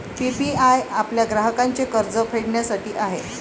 PPI आपल्या ग्राहकांचे कर्ज फेडण्यासाठी आहे